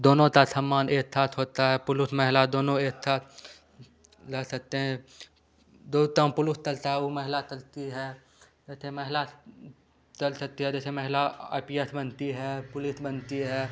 दोनों ता थम्मान एत थाथ होता है पुलुस महिला दोनों एत थात लह थत्ते हैं दो ताम पुलुस तलता है ओ महिला तलती है दैते महिला तल थत्ती जैसे महिला आई पी एथ बनती है पुलिथ बनती है